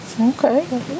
Okay